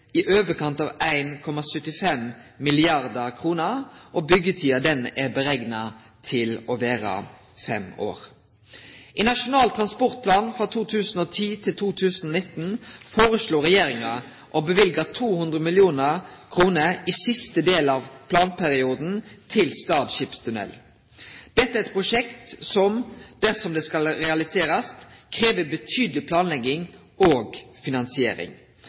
i overkant av 1,75 mrd. kr, og byggjetida er berekna til å vere fem år. I Nasjonal transportplan for 2010–2019 foreslår regjeringa å løyve 200 mill. kr i siste delen av planperioden til Stad skipstunnel. Dette er eit prosjekt som, dersom det skal realiserast, krev betydeleg planlegging og finansiering.